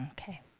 okay